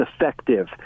effective